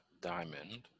diamond